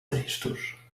tristos